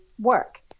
work